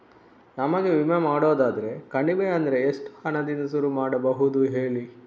ನಮಗೆ ವಿಮೆ ಮಾಡೋದಾದ್ರೆ ಕಡಿಮೆ ಅಂದ್ರೆ ಎಷ್ಟು ಹಣದಿಂದ ಶುರು ಮಾಡಬಹುದು ಹೇಳಿ